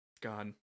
God